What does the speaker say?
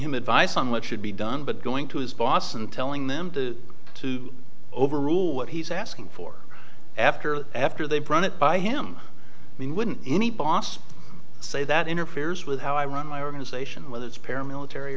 him advice on what should be done but going to his boss and telling them to to overrule what he's asking for after after they brought it by him i mean wouldn't any boss say that interferes with how i run my organization whether it's paramilitary